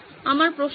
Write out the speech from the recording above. আমার প্রশ্ন হবে